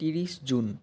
ত্ৰিছ জুন